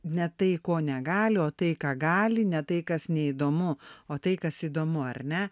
ne tai ko negali o tai ką gali ne tai kas neįdomu o tai kas įdomu ar ne